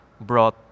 brought